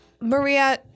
Maria